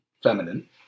Feminine